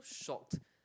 shot